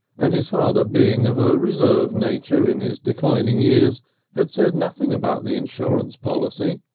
and his father being of a reserved nature in his declining years had said nothing about the insurance policy.